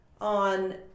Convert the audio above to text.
on